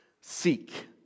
Seek